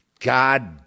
God